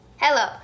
Hello